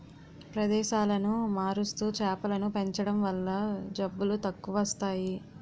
ప్రదేశాలను మారుస్తూ చేపలను పెంచడం వల్ల జబ్బులు తక్కువస్తాయి